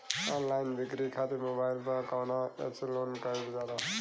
Online बिक्री खातिर mobile पर कवना एप्स लोन कईल जाला?